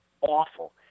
awful